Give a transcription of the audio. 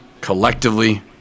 collectively